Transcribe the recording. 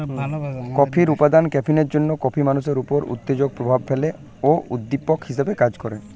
কফির উপাদান ক্যাফিনের জন্যে কফি মানুষের উপর উত্তেজক প্রভাব ফেলে ও উদ্দীপক হিসেবে কাজ করে